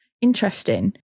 interesting